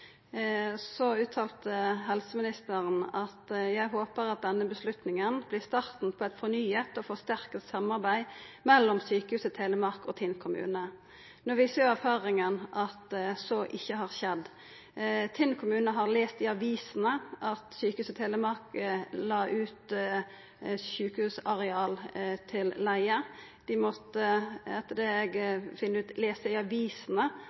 uttalte helseministeren: «Jeg håper også at denne beslutningen blir starten på et fornyet og forsterket samarbeid mellom Sykehuset Telemark og Tinn kommune No viser erfaringa at så ikkje har skjedd. Tinn kommune har lese i avisene at Sykehuset Telemark la ut sjukehusareal til leige. Dei måtte etter det eg har funne ut, lesa i avisene